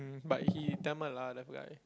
mm but he Tamil lah that guy